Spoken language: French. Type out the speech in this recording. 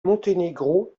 monténégro